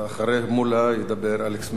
אחרי חבר הכנסת מולה ידבר חבר הכנסת אלכס מילר,